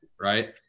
right